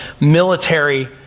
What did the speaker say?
military